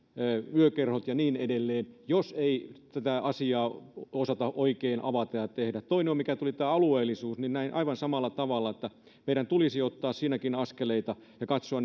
yökerhot ja niin edelleen jos ei tätä asiaa osata oikein avata ja tehdä toinen mikä tuli on tämä alueellisuus näen aivan samalla tavalla että meidän tulisi ottaa siinäkin askeleita ja katsoa